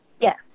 Yes